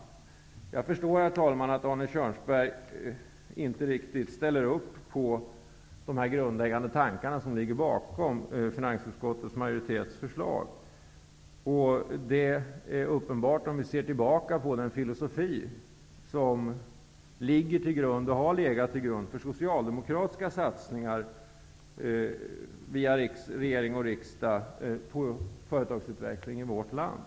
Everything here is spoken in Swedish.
Herr talman! Jag förstår att Arne Kjörnsberg inte riktigt ställer upp på de grundläggande tankar som ligger bakom finansutskottets majoritetsförslag. Det blir uppenbart vid en tillbakablick på den filosofi som ligger till grund och som har legat till grund för socialdemokratiska satsningar via regering och riksdag på företagsutveckling i vårt land.